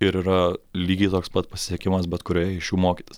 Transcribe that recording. ir yra lygiai toks pat pasisekimas bet kurioje iš jų mokytis